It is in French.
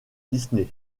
disney